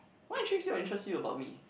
what intrigues you or interest you about me